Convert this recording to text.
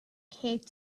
cape